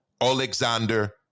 Alexander